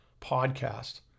Podcast